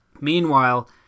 Meanwhile